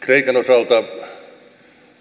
kreikan osalta